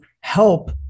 help